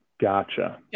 Gotcha